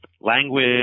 language